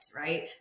right